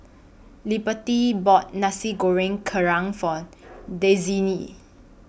Liberty bought Nasi Goreng Kerang For Daisye